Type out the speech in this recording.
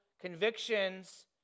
convictions